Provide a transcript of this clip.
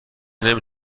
نمی